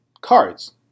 cards